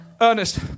Ernest